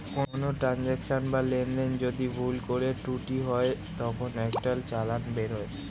কোনো ট্রান্সাকশনে বা লেনদেনে যদি ভুল করে ত্রুটি হয় তখন একটা চালান বেরোয়